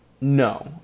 No